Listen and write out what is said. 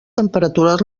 temperatures